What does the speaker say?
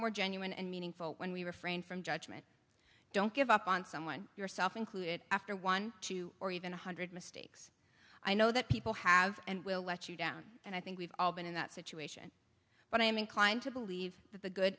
more genuine and meaningful when we refrain from judgment don't give up on someone yourself included after one two or even one hundred mistake i know that people have and will let you down and i think we've all been in that situation but i am inclined to believe that the good